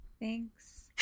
thanks